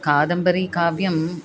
कादम्बरीकाव्यम्